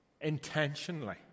intentionally